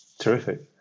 terrific